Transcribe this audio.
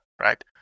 right